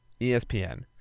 ESPN